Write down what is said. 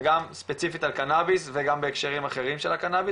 וגם ספציפית על קנאביס וגם בהקשרים אחרים של הקנאביס,